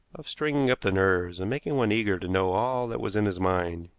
of stringing up the nerves, and making one eager to know all that was in his mind.